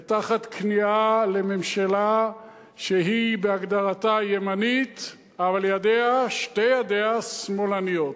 ותחת כניעה של ממשלה שהיא בהגדרתה ימנית אבל שתי ידיה שמאלניות.